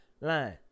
line